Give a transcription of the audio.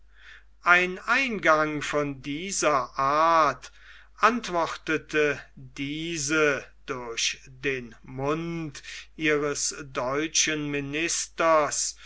ein eingang von dieser art antwortete diese durch den mund ihres deutschen ministers